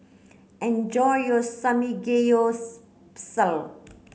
enjoy your